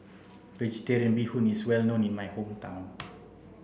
vegetarian bee hoon is well known in my hometown